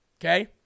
Okay